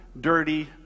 dirty